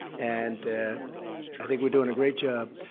and i think we're doing a great job.